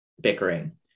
bickering